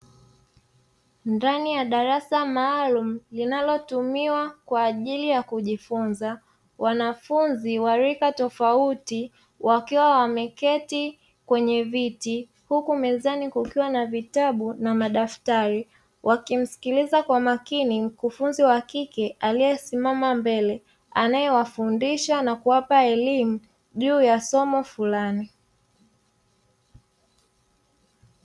Ndani ya darasa maalumu linalotumiwa kwaajili ya kujifunza. Wanafunzi wa rika tofauti wakiwa wameketi kwenye viti huku mezani kukiwa na vitabu na madaftari, wakimsikliza kwa makini mkufunzi wa kike aliyesimama mbele, anayewafundisha na kuwapa elimu juu ya somo fulani.